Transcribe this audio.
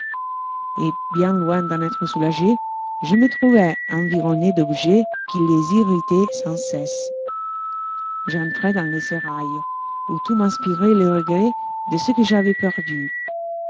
et bien loin d'en être soulagé je me trouvai environné d'objets qui les irritoient sans cesse j'entrai dans le sérail où tout m'inspiroit le regret de ce que j'avais perdu